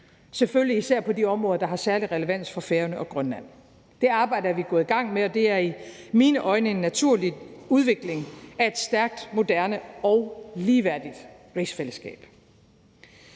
selvfølgelig især på de områder, der har særlig relevans for Færøerne og Grønland. Det arbejde er vi gået i gang med, og det er i mine øjne en naturlig udvikling af et stærkt, moderne og ligeværdigt rigsfællesskab.